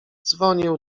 dzwonił